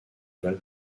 val